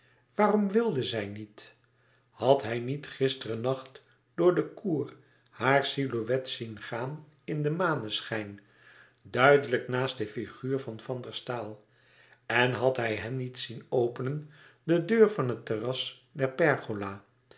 waarom wilde zij niet had hij niet gisteren nacht door den cour haar silhouet zien gaan in den maneschijn duidelijk naast de figuur van van der staal en had hij hen niet zien openen de deur van het terras der pergola